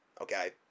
okay